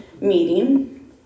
meeting